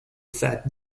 that